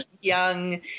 Young